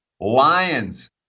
Lions